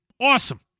Awesome